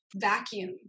vacuum